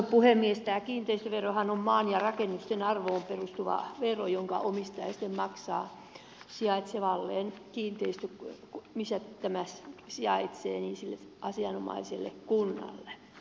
tämä kiinteistöverohan on maan ja rakennusten arvoon perustuva vero jonka omistaja sitten maksaa sille asianomaiselle kunnalle missä tämä kiinteistö sijaitsee